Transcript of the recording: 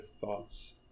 thoughts